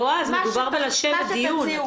בועז, מדובר בישיבה בדיון.